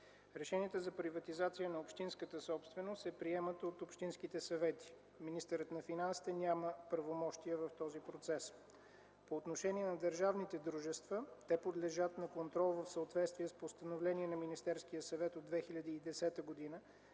решенията за приватизацията на общинската собственост се приемат от общинските съвети. Министърът на финансите няма правомощия в този процес. По отношение на държавните дружества, те подлежат на контрол в съответствие с Постановление на Министерския съвет от 2010 г. за